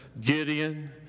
Gideon